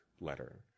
letter